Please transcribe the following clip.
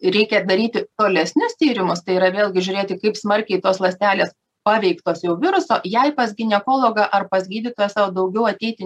reikia daryti tolesnius tyrimus tai yra vėlgi žiūrėti kaip smarkiai tos ląstelės paveiktos jau viruso jei pas ginekologą ar pas gydytoją sau daugiau ateiti